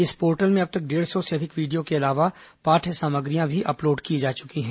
इस पोर्टल में अब तक डेढ़ सौ से अधिक वीडियो के अलावा पाठ्य सामग्रियां भी अपलोड की जा चुकी हैं